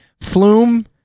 Flume